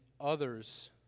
others